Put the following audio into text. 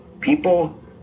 people